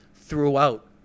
throughout